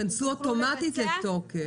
ייכנסו אוטומטית לתוקף.